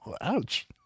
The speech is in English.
Ouch